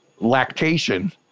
lactation